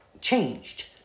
changed